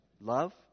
love